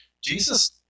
Jesus